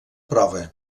prova